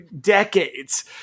decades